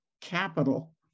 capital